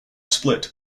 split